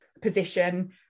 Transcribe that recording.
position